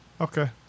Okay